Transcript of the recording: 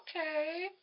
okay